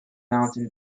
mountain